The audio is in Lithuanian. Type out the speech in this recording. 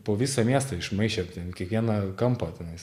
po visą miestą išmaišėm ten kiekvieną kampą tenais